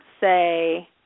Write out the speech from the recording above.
say